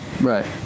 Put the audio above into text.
Right